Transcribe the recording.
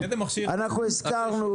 אנחנו הזכרנו